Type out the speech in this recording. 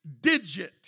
digit